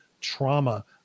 trauma